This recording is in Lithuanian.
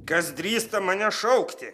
kas drįsta mane šaukti